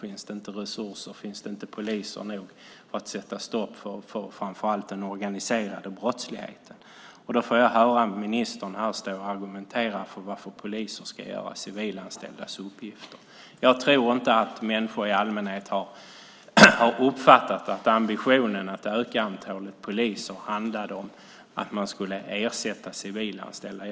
Finns det inte resurser? Finns det inte poliser nog för att sätta stopp för framför allt den organiserade brottsligheten? Nu får jag höra ministern argumentera för att poliser ska göra civilanställdas uppgifter. Jag tror inte att människor i allmänhet har uppfattat att ambitionen att öka antalet poliser handlade om att man skulle ersätta civilanställda.